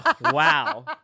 Wow